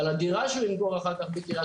אבל הדירה שהוא ימכור אחר כך בקריית